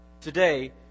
Today